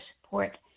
support